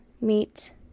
meet